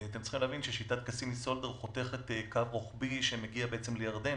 אתם צריכים להבין ששיטת קסימי סולדנר חותכת קו רוחבי שמגיע לירדן,